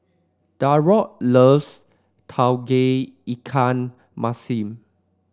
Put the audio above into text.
Darold loves Tauge Ikan Masin